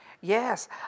Yes